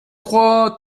trois